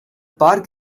park